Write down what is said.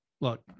look